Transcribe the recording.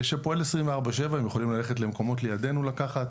שפועל 24/7. הם יכולים ללכת למקומות לידנו לקחת,